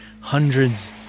hundreds